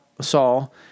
Saul